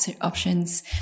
options